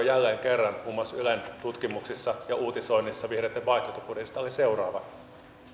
jälleen kerran muun muassa ylen tutkimuksissa ja uutisoinnissa vihreitten vaihtoehtobudjetista seuraavaa